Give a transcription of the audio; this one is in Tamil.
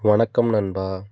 வணக்கம் நண்பா